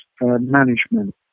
management